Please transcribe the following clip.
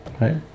Right